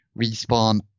respawn